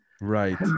Right